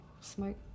smoke